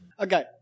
Okay